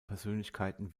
persönlichkeiten